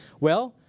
well,